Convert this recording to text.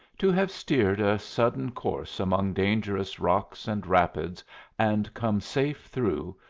to have steered a sudden course among dangerous rocks and rapids and come safe through,